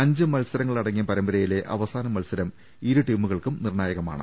അഞ്ച് മത്സരങ്ങളടങ്ങിയ പരമ്പരയിലെ അവസാന മത്സരം ഇരുടീമുകൾക്കും നിർണായകമാണ്